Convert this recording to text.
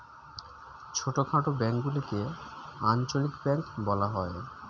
ছোটখাটো ব্যাঙ্কগুলিকে আঞ্চলিক ব্যাঙ্ক বলা হয়